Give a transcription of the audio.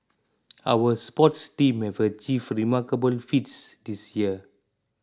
our sports teams have achieved remarkable feats this year